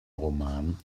roman